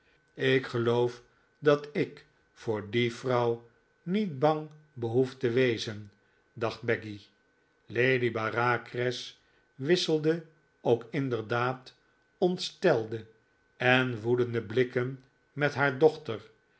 ik geloof dat ik voor die vrouw niet bang behoef te wezen dacht becky lady bareacres wisselde ook inderdaad ontstelde en woedende blikken met haar dochter